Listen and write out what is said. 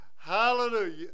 Hallelujah